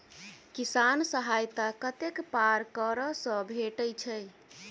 किसान सहायता कतेक पारकर सऽ भेटय छै?